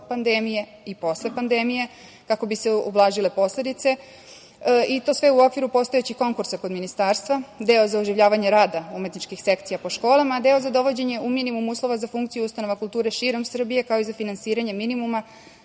pandemije i posle pandemije, kako bi se ublažile posledice i to sve u okviru postojećih konkursa kod ministarstva, deo za oživljavanje rada umetničkih sekcija po školama, a deo za dovođenje u minimum uslova za funkciju ustanova kulture širom Srbije, kao i za finansiranje minimuma